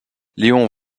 léon